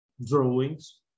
drawings